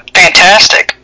fantastic